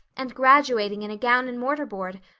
and graduating in a gown and mortar board,